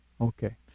okay